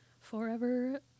forever